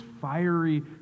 fiery